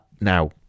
Now